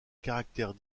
caractère